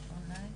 בכל.